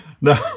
no